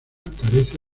carece